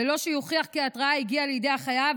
בלי שיוכיח כי ההתראה הגיעה לידי החייב,